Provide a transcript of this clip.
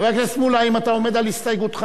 חבר הכנסת מולה, האם אתה עומד על הסתייגותך?